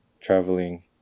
traveling